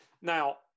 Now